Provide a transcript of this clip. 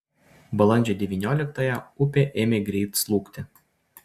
balandžio devynioliktąją upė ėmė greit slūgti